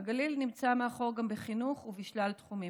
הגליל נמצא מאחור גם בחינוך ובשלל תחומים,